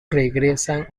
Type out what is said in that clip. regresan